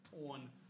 on